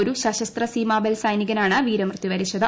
ഒരു സശസ്ത്ര സീമാബെൽ സൈനികനാണ് വീരമൃത്യു വരിച്ചത്